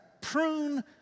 prune